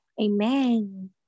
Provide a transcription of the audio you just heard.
Amen